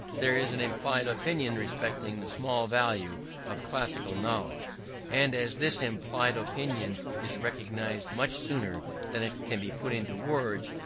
there is an implied opinion respecting the small value of classical knowledge and as this implied opinion is recognized much sooner than it can be put into words,